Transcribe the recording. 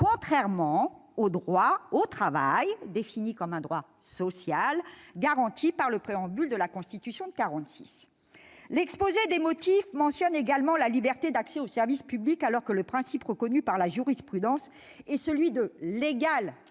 contrairement au droit au travail, défini comme un droit social garanti par le Préambule de la Constitution de 1946. L'exposé des motifs mentionne également la « liberté d'accès au service public », alors que les principes reconnus par la jurisprudence sont ceux d'« égal